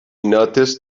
noticed